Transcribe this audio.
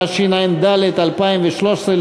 התשע"ד 2013,